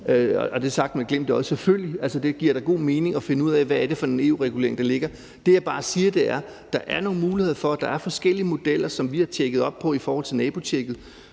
jeg det, altså, det giver da god mening at finde ud af, hvad det er for en EU-regulering, der ligger. Det, jeg bare siger, er, at der er nogle muligheder for, at der er forskellige modeller, som vi har tjekket op på i forhold til nabotjekket.